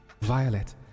violet